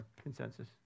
Consensus